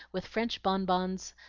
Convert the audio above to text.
with french bonbons,